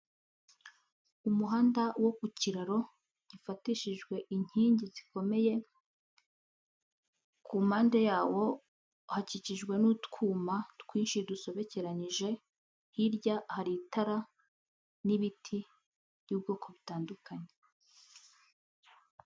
Umuhanda wo ku kiraro gifatishijwe inkingi zikomeye, ku mpande yawo hakikijwe n'utwuma twinshi dusobekeranyije, hirya hari itara n'ibiti by'ubwoko butandukanye.